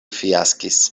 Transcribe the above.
fiaskis